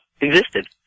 existed